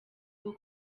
bwo